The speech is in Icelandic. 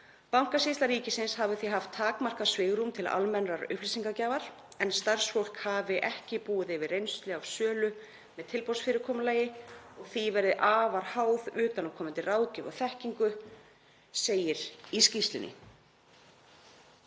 Bankasýsla ríkisins hafi því haft takmarkað svigrúm til almennrar upplýsingagjafar en starfsfólk hafi ekki búið yfir reynslu af sölu með tilboðsfyrirkomulagi og því verið afar háð utanaðkomandi ráðgjöf og þekkingu, segir í skýrslunni.